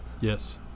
Yes